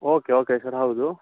okay okay sir ಹೌದು